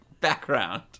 background